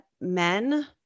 men